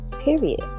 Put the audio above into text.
Period